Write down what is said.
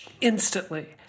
instantly